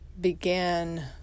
began